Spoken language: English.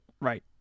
right